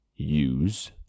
use